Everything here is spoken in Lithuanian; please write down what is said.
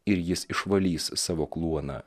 ir jis išvalys savo kluoną